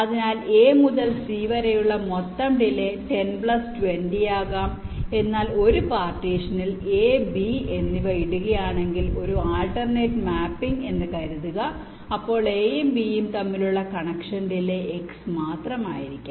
അതിനാൽ A മുതൽ C വരെയുള്ള മൊത്തം ഡിലെ 10 പ്ലസ് 20 ആകാം എന്നാൽ ഒരു പാർട്ടീഷനിൽ A B എന്നിവ ഇടുകയാണെങ്കിൽ ഒരു ആൾട്ടർനേറ്റ് മാപ്പിംഗിൽ എന്ന് കരുതുക അപ്പോൾ A യും B ഉം തമ്മിലുള്ള കണക്ഷൻ ഡിലെ X മാത്രമായിരിക്കും